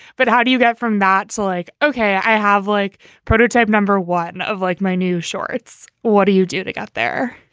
but how do you get from that's like, ok, i have like prototype number one of like my new shorts. what do you do to get there?